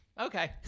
okay